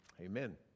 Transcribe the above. Amen